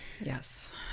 Yes